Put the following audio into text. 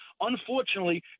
unfortunately